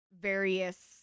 various